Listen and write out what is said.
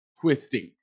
Twisting